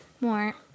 more